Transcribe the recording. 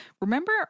remember